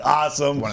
awesome